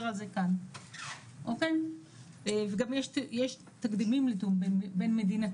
על זה כאן וגם יש תקדימים לתיאום בין מדינתי,